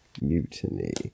mutiny